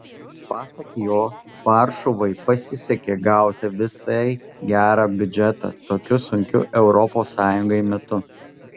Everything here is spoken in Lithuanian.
pasak jo varšuvai pasisekė gauti visai gerą biudžetą tokiu sunkiu europos sąjungai metu